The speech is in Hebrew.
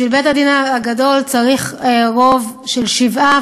בשביל בית-הדין הגדול צריך רוב של שבעה,